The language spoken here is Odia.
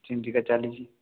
ସେମିତିକା ଚାଲିଛି